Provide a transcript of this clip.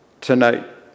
tonight